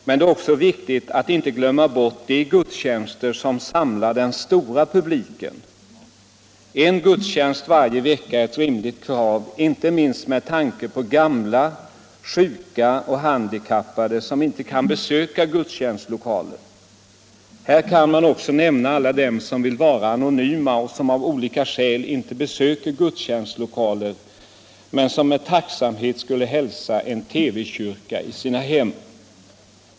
Men det är också viktigt att inte glömma bort de gudstjänster som samlar den stora publiken. En gudstjänst varje vecka är ett rimligt krav, inte minst med tanke på gamla, sjuka och handikappade, som inte kan besöka gudstjänstlokaler. Här kan också nämnas alla de som vill vara anonyma och som av olika skäl inte besöker gudstjänstlokaler men som med tacksamhet skulle hälsa en TV-kyrka i sina hem.